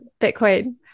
Bitcoin